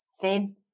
thin